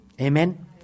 Amen